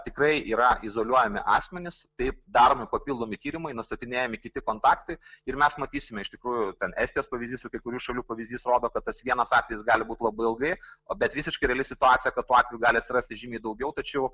tikrai yra izoliuojami asmenys taip daromi papildomi tyrimai nustatinėjami kiti kontaktai ir mes matysime iš tikrųjų ten estijos pavyzdys kai kurių šalių pavyzdys rodo kad tas vienas atvejis gali būt labai ilgai o bet visiškai reali situacija kad tų atvejų gali atsirasti žymiai daugiau tačiau